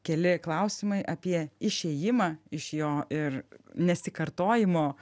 keli klausimai apie išėjimą iš jo ir nesikartojimo